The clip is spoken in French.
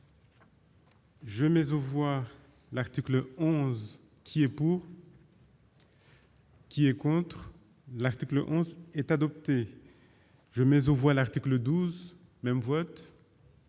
Je maison voir l'article 11 qui est pour. Qui est contre l'article 11 est adoptée je mais on voit l'article 12 même vote.